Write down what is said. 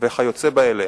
וכיוצא באלה.